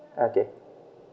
okay